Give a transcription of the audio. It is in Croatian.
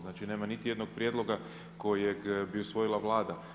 Znači, nema niti jednog prijedloga kojeg bi usvojila Vlada.